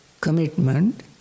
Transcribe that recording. commitment